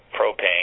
propane